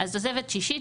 אז תוספת שישית,